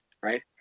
right